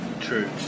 True